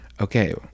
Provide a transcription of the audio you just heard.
Okay